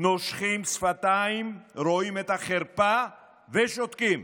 נושכים שפתיים, רואים את החרפה ושותקים,